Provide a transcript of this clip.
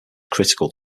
critical